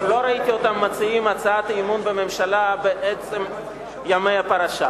לא ראיתי אותם מציעים הצעת אי-אמון בממשלה בעצם ימי הפרשה.